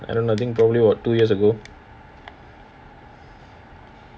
I don't know I think probably about two years ago